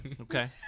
Okay